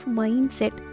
mindset